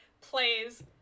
plays